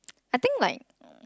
I think like